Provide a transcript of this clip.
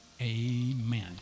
Amen